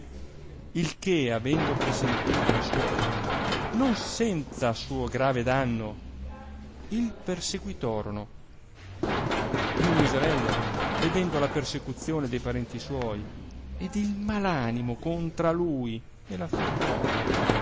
il che avendo presentito li suoi non senza suo grave danno il perseguitorono il miserello vedendo la persecuzione de parenti suoi ed il mal animo contra lui e la figliuola